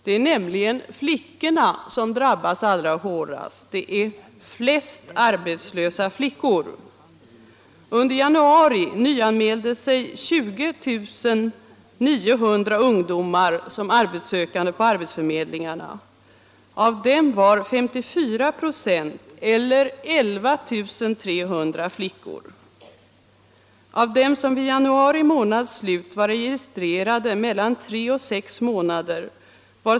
Det är nämligen flickorna som drabbas allra hårdast, det är flest arbetslösa flickor.